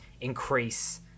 increase